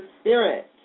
Spirit